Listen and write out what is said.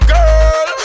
Girl